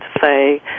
say